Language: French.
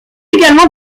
également